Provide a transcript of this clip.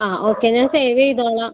ആ ഓക്കെ ഞാൻ സേവ് ചെയ്തോളാം